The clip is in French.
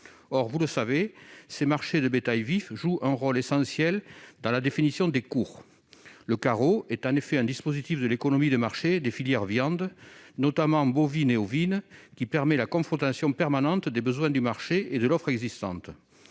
Or, vous le savez, les marchés de bétail vif jouent un rôle essentiel dans la définition des cours. Le carreau est en effet un dispositif de l'économie de marché des filières de la viande, notamment des viandes bovines et ovines, qui permet la confrontation permanente des besoins du marché et de l'offre existante.